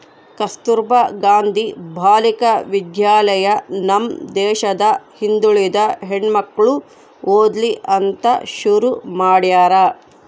ಕಸ್ತುರ್ಭ ಗಾಂಧಿ ಬಾಲಿಕ ವಿದ್ಯಾಲಯ ನಮ್ ದೇಶದ ಹಿಂದುಳಿದ ಹೆಣ್ಮಕ್ಳು ಓದ್ಲಿ ಅಂತ ಶುರು ಮಾಡ್ಯಾರ